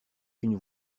une